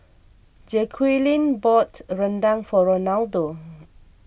Jaquelin bought Rendang for Ronaldo